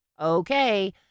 Okay